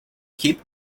keep